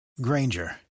Granger